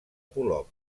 polop